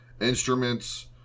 Instruments